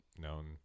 known